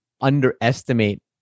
underestimate